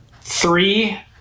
Three